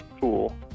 cool